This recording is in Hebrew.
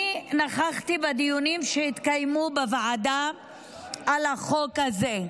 אני נכחתי בדיונים שהתקיימו בוועדה על החוק הזה.